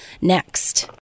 next